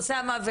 אוסאמה,